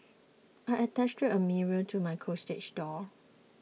I attached a mirror to my closet door